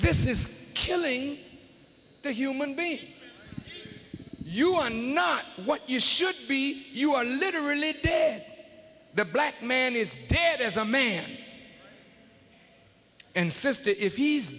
this is killing the human being you are not what you should be you are literally ten the black man is dead as a man and sister if he's